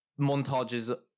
montages